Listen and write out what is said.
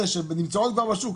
אלה שנמצאות כבר בשוק,